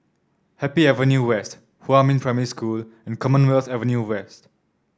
Happy Avenue West Huamin Primary School and Commonwealth Avenue West